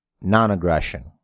non-aggression